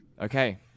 Okay